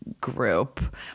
group